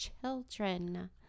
children